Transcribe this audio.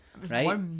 Right